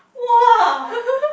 !wah!